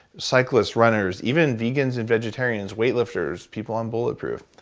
cyclists, runners even vegans and vegetarians, weightlifters, people on bulletproof.